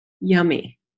yummy